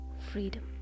freedom